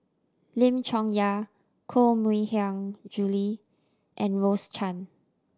Lim Chong Yah Koh Mui Hiang Julie and Rose Chan